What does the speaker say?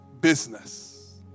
business